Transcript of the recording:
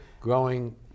growing